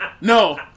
No